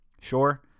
Sure